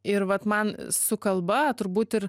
ir vat man su kalba turbūt ir